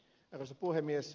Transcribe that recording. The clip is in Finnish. arvoisa puhemies